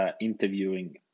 interviewing